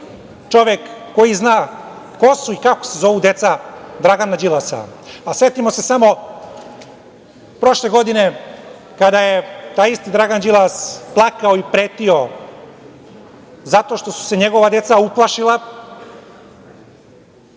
čovek koji zna ko su i kako se zovu deca Dragana Đilasa. Setimo se samo prošle godine, kada je taj isti Dragan Đilas plakao i pretio zato što su se njegova deca uplašila